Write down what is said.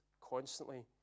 constantly